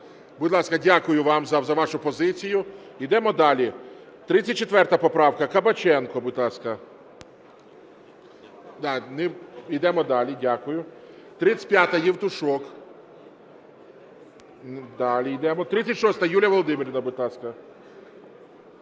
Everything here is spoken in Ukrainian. Будь ласка, дякую вам за вашу позицію. Йдемо далі. 34 поправка. Кабаченко, будь ласка. Йдемо далі. Дякую. 35-а, Євтушок. Далі йдемо. 36-а. Юлія Володимирівна, будь ласка.